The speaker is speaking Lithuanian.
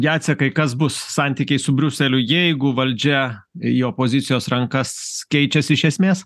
jacekai kas bus santykiai su briuseliu jeigu valdžia į opozicijos rankas keičiasi iš esmės